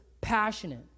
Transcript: passionate